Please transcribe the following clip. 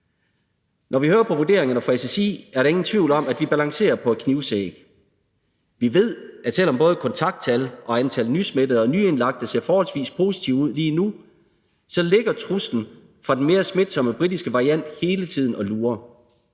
Når vi hører vurderingerne fra SSI, er der ingen tvivl om, at vi balancerer på en knivsæg. Vi ved, at selv om både kontakttallet og antallet af nysmittede og nyindlagte ser forholdsvis positivt ud lige nu, ligger truslen fra den mere smitsomme britiske variant hele tiden og lurer.